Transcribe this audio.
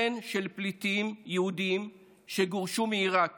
בן של פליטים יהודים שגורשו מעיראק